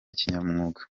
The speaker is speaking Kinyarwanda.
kinyamwuga